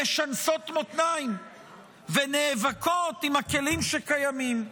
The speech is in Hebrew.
משנסת מותניים ונאבקת עם הכלים שקיימים.